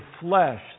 flesh